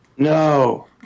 No